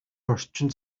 орчин